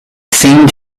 seemed